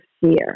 fear